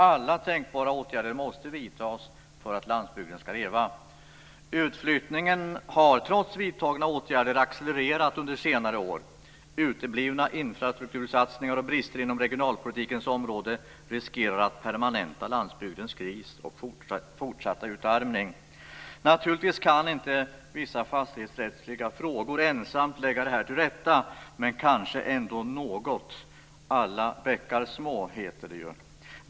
Alla tänkbara åtgärder måste vidtas för att landsbygden ska leva. Utflyttningen har trots vidtagna åtgärder accelererat under senare år. Uteblivna infrastruktursatsningar och brister inom regionalpolitikens område riskerar att permanenta landsbygdens kris och fortsatta utarmning. Naturligtvis kan inte vissa fastighetsrättsliga frågor ensamt lägga detta till rätta, men kanske ändå något. Alla bäckar små, heter det ju.